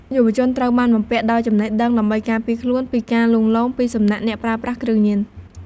យុវជនត្រូវបានបំពាក់ដោយចំណេះដឹងដើម្បីការពារខ្លួន ពីការលួងលោមពីសំណាក់អ្នកប្រើប្រាស់គ្រឿងញៀន។